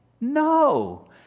no